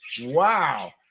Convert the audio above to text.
wow